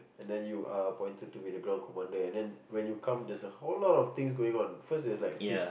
and then you are appointed to be the ground commander and then when you come there's a whole lot of things going on first there's like peo~